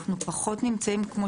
אנחנו פחות נמצאים כמו